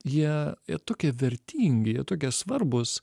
jie jie tokie vertingi jie tokie svarbūs